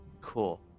Cool